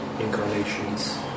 incarnations